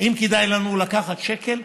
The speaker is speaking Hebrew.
אם כדאי לנו לקחת שקל,